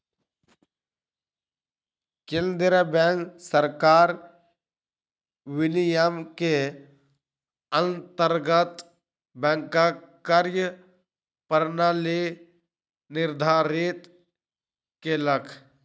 केंद्रीय बैंक सरकार विनियम के अंतर्गत बैंकक कार्य प्रणाली निर्धारित केलक